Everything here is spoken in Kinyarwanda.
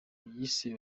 yise